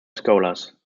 scholars